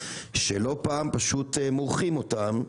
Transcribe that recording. שלא פעם פשוט מורחים אותם.